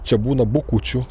čia būna bukučių